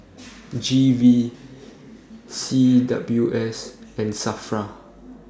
G V C W S and SAFRA